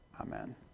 Amen